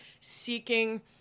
seeking